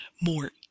more